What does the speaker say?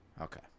Okay